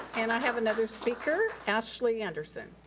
and i have another speaker, ashley anderson.